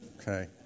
okay